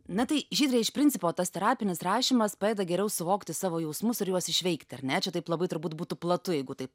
na tai žydre iš principo tas terapinis rašymas padeda geriau suvokti savo jausmus ir juos išveikti ar ne čia taip labai turbūt būtų platu jeigu taip